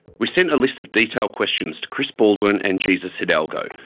we sent a list of detailed questions to chris baldwin and jesus hidalgo,